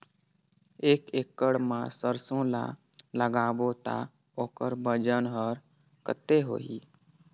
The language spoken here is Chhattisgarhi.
एक एकड़ मा सरसो ला लगाबो ता ओकर वजन हर कते होही?